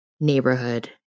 neighborhood